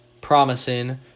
promising